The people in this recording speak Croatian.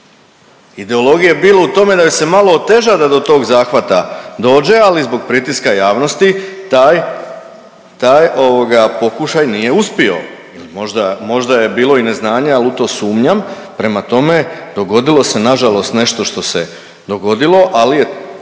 ideologije je bilo u tome da joj se malo oteža da do tog zahvata dođe, ali zbog pritiska javnosti taj, taj ovoga pokušaj nije uspio. Možda, možda je bilo i neznanja, al u to sumnjam, prema tome dogodilo se nažalost nešto što se dogodilo, ali je